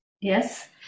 yes